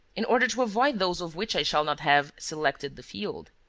in order to avoid those of which i shall not have selected the field.